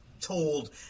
told